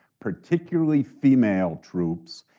particularly female troops.